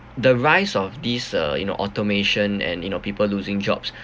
the rise of these uh you know automation and you know people losing jobs